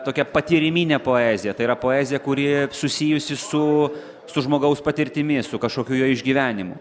tokia patyriminė poezija tai yra poezija kuri susijusi su su žmogaus patirtimi su kažkokiu jo išgyvenimų